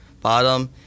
bottom